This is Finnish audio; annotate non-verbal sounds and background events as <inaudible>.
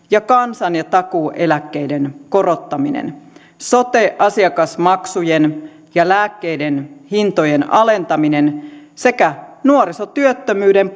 <unintelligible> ja kansan ja takuueläkkeiden korottaminen sote asiakasmaksujen ja lääkkeiden hintojen alentaminen sekä nuorisotyöttömyyden <unintelligible>